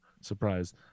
surprise